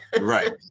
right